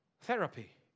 therapy